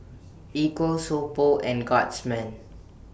Equal So Pho and Guardsman